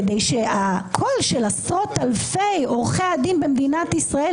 כדי שהקול של עשרות אלפי עורכי הדין במדינת ישראל,